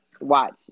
watch